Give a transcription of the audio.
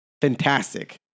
Fantastic